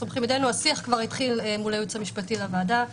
השיח כבר התחיל מול הייעוץ המשפטי לוועדה.